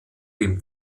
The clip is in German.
ihm